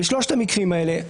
בשלושת המקרים האלה,